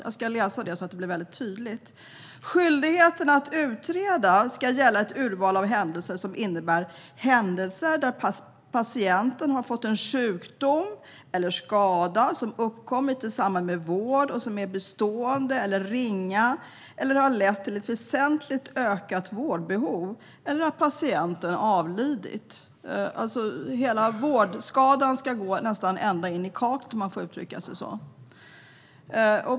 Jag ska läsa upp det så att det blir tydligt: "Skyldigheten att utreda ska gälla händelser där patienten har fått en skada eller sjukdom som uppkommit i samband med vård och som är bestående och inte ringa eller har lett till ett väsentligt ökat vårdbehov eller till att patienten avlidit." Hela vårdskadan ska alltså gå ända in i kaklet, om man får uttrycka sig så.